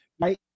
right